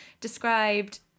described